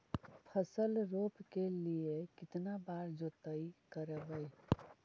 फसल रोप के लिय कितना बार जोतई करबय?